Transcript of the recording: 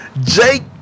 Jake